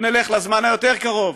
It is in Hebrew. או שנלך לזמן היותר קרוב,